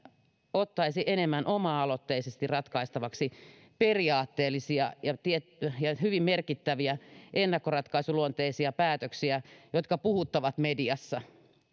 ottaisi enemmän oma aloitteisesti ratkaistavaksi periaatteellisia ja hyvin merkittäviä ennakkoratkaisuluonteisia päätöksiä jotka puhuttavat mediassa